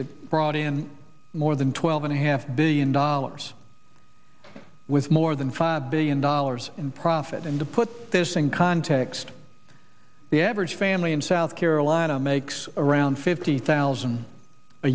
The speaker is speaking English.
that brought in more than twelve and a half billion die alors with more than five billion dollars in profit and to put this in context the average family in south carolina makes around fifty thousand a